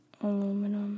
Aluminum